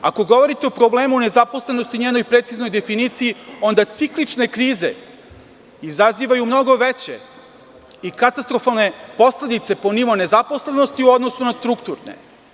Ako govorite o problemu nezaposlenosti i njenoj preciznoj definiciji onda ciklične krize izazivaju mnogo veće i katastrofalne posledice po nivo nezaposlenosti u odnosu na strukturne.